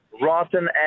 rotten